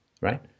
right